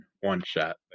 One-Shot